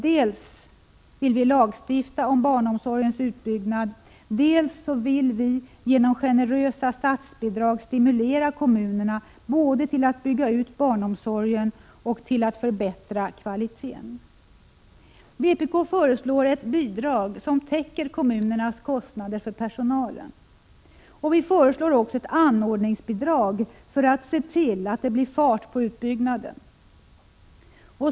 Dels vill vi lagstifta om barnomsorgens utbyggnad, dels vill vi genom generösa statsbidrag stimulera kommunerna både till att bygga ut barnomsorgen och till att förbättra kvaliteten. Vpk föreslår ett bidrag som täcker kommunernas kostnader för personalen, och vi föreslår också ett anordningsbidrag för att se till att det blir fart på utbyggnaden.